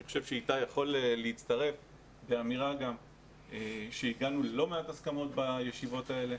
אני חושב שאיתי יכול להצטרף באמירה שהגענו ללא מעט הסכמות בישיבות האלה.